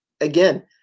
again